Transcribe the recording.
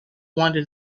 wanted